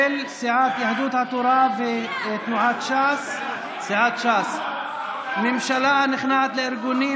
של סיעת יהדות התורה ותנועת ש"ס: ממשלה הנכנעת לארגונים